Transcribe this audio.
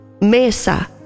Mesa